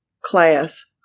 class